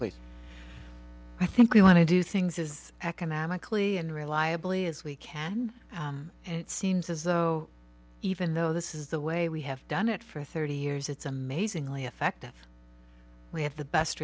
common i think we want to do things is economically and reliably as we can and it seems as though even though this is the way we have done it for thirty years it's amazingly effective we have the best